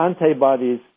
antibodies